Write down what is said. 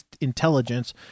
intelligence